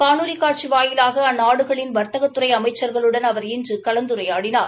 காணொலி காட்சி வாயிலாக அந்நாடுகளின் வாத்தகத்துறை அமைச்சர்களுடன் அவர் இன்று கலந்துரையாடினார்